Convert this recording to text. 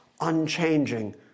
unchanging